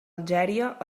algèria